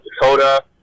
Dakota